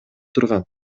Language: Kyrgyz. турган